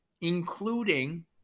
including